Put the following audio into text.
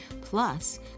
Plus